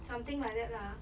something like that lah